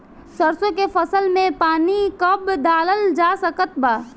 सरसों के फसल में पानी कब डालल जा सकत बा?